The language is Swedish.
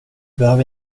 behöver